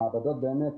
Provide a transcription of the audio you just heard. המעבדות באמת,